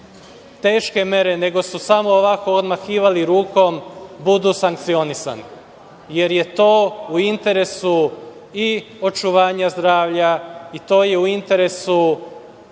teške mere, nego su samo odmahivali rukom, budu sankcionisani, jer je to u interesu i očuvanja zdravlja i to je u interesu